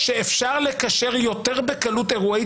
-- שאפשר לקשר יותר בקלות אירועי